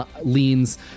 leans